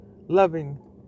loving